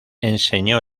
enseñó